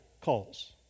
calls